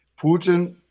Putin